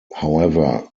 however